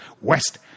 West